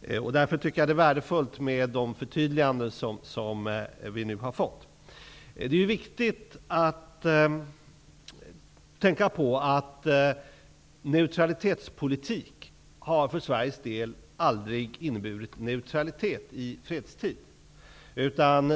Jag tycker därför att det är värdefullt med de förtydliganden som vi nu har fått. Det är viktigt att tänka på att neutralitetspolitik för Sveriges del aldrig har inneburit neutralitet i fredstid.